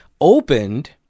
opened